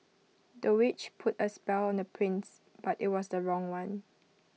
the witch put A spell on the prince but IT was the wrong one